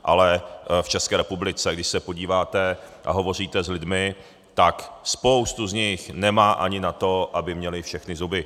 Ale v České republice, když se podíváte a hovoříte s lidmi, tak spoustu z nich nemá ani na to, aby měli všechny zuby.